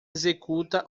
executa